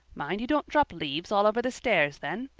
mind you don't drop leaves all over the stairs then.